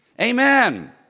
Amen